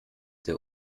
der